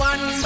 One